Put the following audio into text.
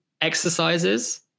exercises